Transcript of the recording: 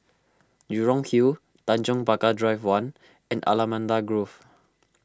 Jurong Hill Tanjong Pagar Drive one and Allamanda Grove